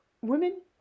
Women